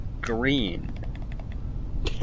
green